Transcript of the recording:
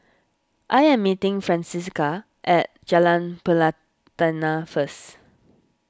I am meeting Francina at Jalan Pelatina first